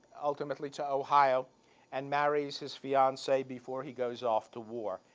ultimately, to ohio and marries his fiance before he goes off to war.